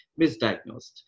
misdiagnosed